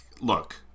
look